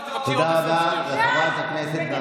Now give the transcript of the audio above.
תודה רבה לחברת הכנסת מירב בן ארי.